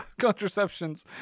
Contraceptions